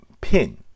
pin